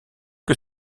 que